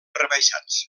rebaixats